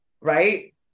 right